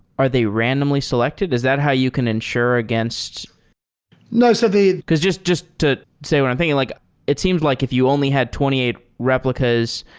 are the randomly selected? is that how you can ensure against no. so because just just to say what i'm thinking, like it seems like if you only had twenty eight replicas,